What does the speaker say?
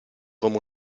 alla